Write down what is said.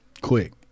quick